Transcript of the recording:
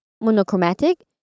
monochromatic